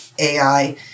AI